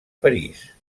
parís